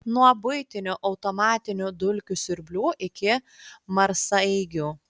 nuo buitinių automatinių dulkių siurblių iki marsaeigių